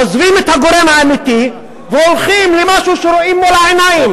עוזבים את הגורם האמיתי והולכים למשהו שרואים מול העיניים.